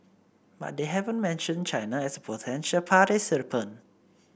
but they haven't mentioned China as potential participant